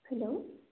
hello